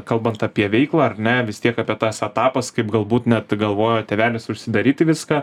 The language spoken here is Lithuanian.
kalbant apie veiklą ar ne vis tiek apie tas etapas kaip galbūt net galvojo tėvelis užsidaryti viską